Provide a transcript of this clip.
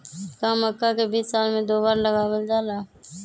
का मक्का के बीज साल में दो बार लगावल जला?